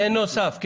בנוסף.